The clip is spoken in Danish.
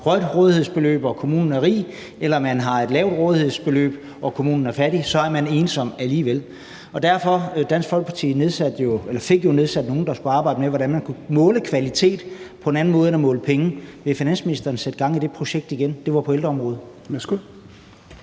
højt rådighedsbeløb og kommunen er rig, eller om man har et lavt rådighedsbeløb og kommunen er fattig; så er man ensom alligevel. Dansk Folkeparti fik jo nedsat en gruppe, der skulle arbejde med, hvordan man kunne måle kvalitet på en anden måde end at måle penge. Vil finansministeren sætte gang i det projekt igen? Det var på ældreområdet.